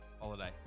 Holiday